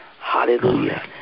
Hallelujah